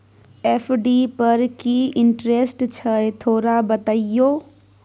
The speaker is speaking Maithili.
एफ.डी पर की इंटेरेस्ट छय थोरा बतईयो?